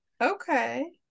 Okay